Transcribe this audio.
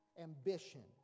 Ambition